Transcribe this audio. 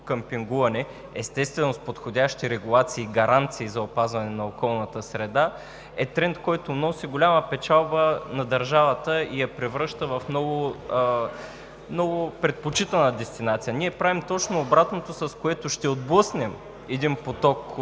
къмпингуване, естествено, с подходящи регулации и гаранции за опазване на околната среда е тренд, който носи голяма печалба на държавата и я превръща в много предпочитана дестинация. Ние правим точно обратното, с което ще отблъснем един поток